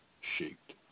shaped